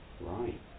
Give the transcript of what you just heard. Right